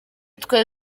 twe